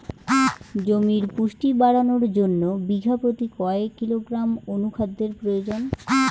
জমির পুষ্টি বাড়ানোর জন্য বিঘা প্রতি কয় কিলোগ্রাম অণু খাদ্যের প্রয়োজন?